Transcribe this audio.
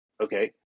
Okay